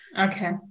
Okay